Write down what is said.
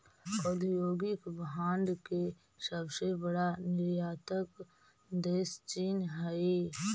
औद्योगिक भांड के सबसे बड़ा निर्यातक देश चीन हई